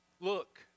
Look